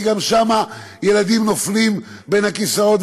כי גם שם ילדים נופלים בין הכיסאות.